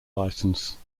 license